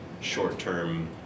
short-term